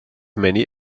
many